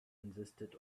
insisted